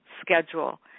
schedule